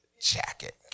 jacket